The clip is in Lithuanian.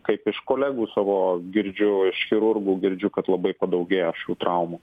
kaip iš kolegų savo girdžiu iš chirurgų girdžiu kad labai padaugėję šių traumų